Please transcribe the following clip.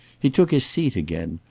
he took his seat again,